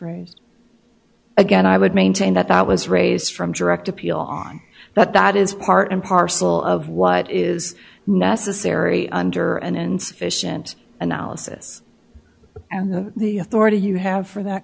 raised again i would maintain that that was raised from direct appeal on that that is part and parcel of what is necessary under an insufficient analysis and the authority you have for that